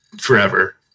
forever